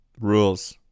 Rules